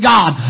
God